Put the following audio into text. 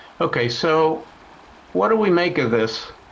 okay, so what do we make of this?